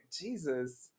jesus